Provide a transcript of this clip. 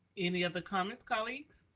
any other comments, colleagues?